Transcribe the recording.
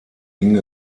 ging